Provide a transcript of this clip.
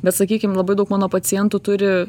bet sakykim labai daug mano pacientų turi